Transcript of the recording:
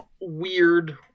weird